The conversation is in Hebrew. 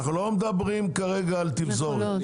אנחנו לא מדברים כרגע על תפזורת.